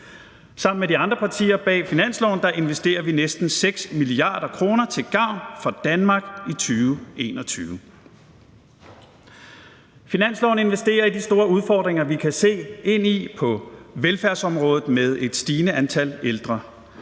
Sammen med de andre partier bag finansloven investerer vi næsten 6 mia. kr. til gavn for Danmark i 2021. Med finansloven investerer vi i de store udfordringer, vi kan se ind i på velfærdsområdet, med et stigende antal ældre.